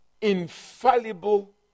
infallible